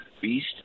beast